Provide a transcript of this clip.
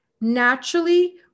Naturally